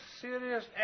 serious